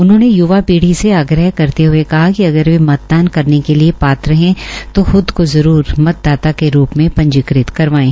उन्होंने य्वा पीधी से आग्रह करते हये कहा कि अगर वे मतदान करने के लिये पात्र है तो खूद को जरूर मतदाता के रूप में पंजीकृत करवायें